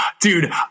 dude